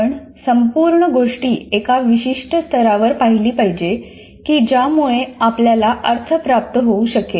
आपण संपूर्ण गोष्टी एका विशिष्ट स्तरावर पाहिली पाहिजे की ज्यामुळे आपल्याला अर्थ प्राप्त होऊ शकेल